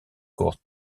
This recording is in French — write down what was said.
court